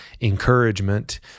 encouragement